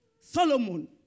Solomon